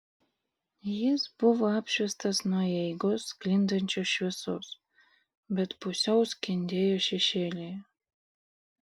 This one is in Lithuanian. jis buvo apšviestas nuo įeigos sklindančios šviesos bet pusiau skendėjo šešėlyje